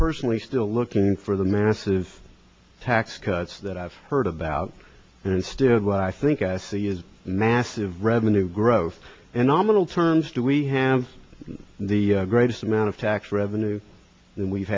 personally still looking for the masses tax cuts that i've heard about and instead what i think i see is massive revenue growth and nominal terms do we have the greatest amount of tax revenue than we've